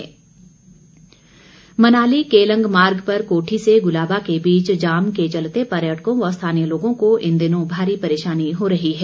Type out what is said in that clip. गुलाबा मनाली केलंग मार्ग पर कोठी से गुलाबा के बीच जाम के चलते पर्यटकों व स्थानीय लोगों को इन दिनों भारी परेशानी हो रही है